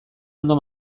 ondo